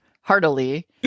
heartily